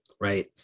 Right